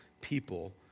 people